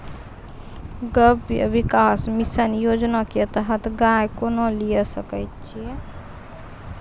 गव्य विकास मिसन योजना के तहत गाय केना लिये सकय छियै?